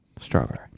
strawberry